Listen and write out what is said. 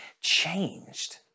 changed